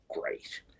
great